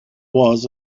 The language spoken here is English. was